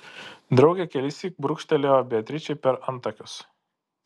draugė kelissyk brūkštelėjo beatričei per antakius